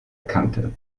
kante